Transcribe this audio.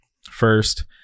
First